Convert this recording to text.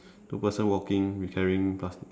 two person walking carrying plas~